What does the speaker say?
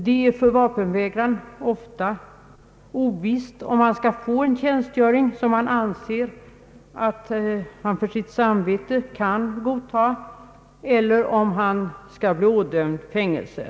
Det är för vapenvägraren ofta ovisst om han skall få en tjänstgöring som han anser att han för sitt samvete kan godta eller om han skall bli ådömd fängelse.